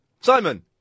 Simon